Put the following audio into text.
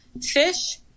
fish